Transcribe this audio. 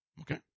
okay